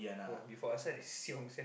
before asar is xiong sia